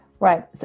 Right